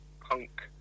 punk